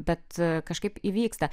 bet kažkaip įvyksta